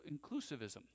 inclusivism